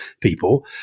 people